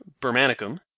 bermanicum